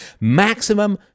Maximum